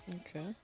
Okay